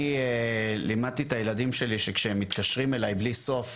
אני לימדתי את הילדים שלי שכשהם מתקשרים אליי בלי סוף